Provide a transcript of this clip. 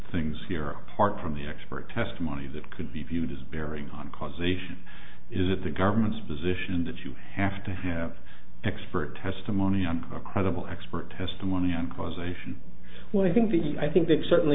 things here apart from the expert testimony that could be viewed as bearing on causation is it the government's position that you have to have expert testimony on credible expert testimony on causation when i think the i think that certainly